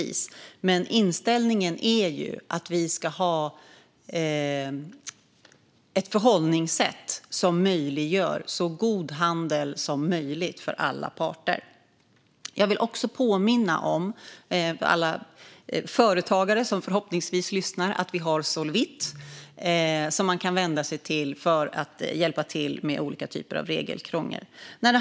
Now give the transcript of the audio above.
Men inställningen är att vi ska ha ett förhållningssätt som möjliggör så god handel som möjligt för alla parter. Jag vill också påminna alla företagare som förhoppningsvis lyssnar om att vi har Solvit, som man kan vända sig till för att få hjälp med olika typer av regelkrångel.